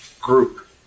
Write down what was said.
group